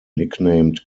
nicknamed